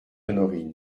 honorine